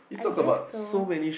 I guess so